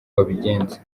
babigenza